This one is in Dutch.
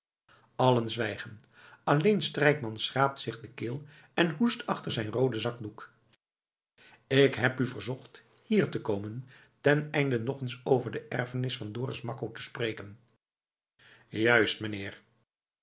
allen zwijgen alleen strijkman schraapt zich de keel en hoest achter zijn rooden zakdoek ik heb u verzocht hier te komen ten einde nog eens over de erfenis van dorus makko te spreken juist meneer